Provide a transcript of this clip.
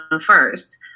first